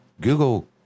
Google